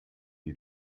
die